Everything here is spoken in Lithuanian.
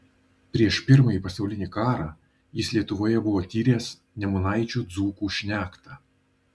prieš pirmąjį pasaulinį karą jis lietuvoje buvo tyręs nemunaičio dzūkų šnektą